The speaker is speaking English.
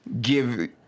give